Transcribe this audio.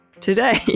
today